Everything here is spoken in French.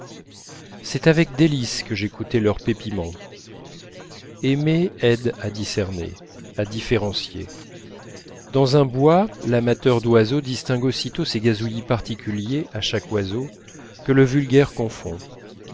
c'est avec délices que j'écoutais leur pépiement aimer aide à discerner à différencier dans un bois l'amateur d'oiseaux distingue aussitôt ces gazouillis particuliers à chaque oiseau que le vulgaire confond